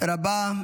תודה רבה.